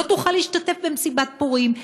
לא תוכל להשתתף במסיבת פורים.